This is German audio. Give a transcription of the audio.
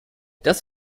das